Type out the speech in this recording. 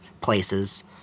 places